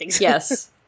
Yes